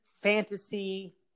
fantasy